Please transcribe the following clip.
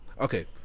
okay